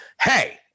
hey